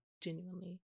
genuinely